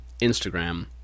Instagram